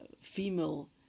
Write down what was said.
female